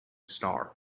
star